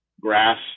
grass